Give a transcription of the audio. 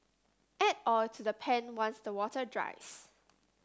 add oil to the pan once the water dries